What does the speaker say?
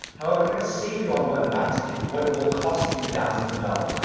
however i'm gonna save you on what not to do, what will cost you thousands of dollars,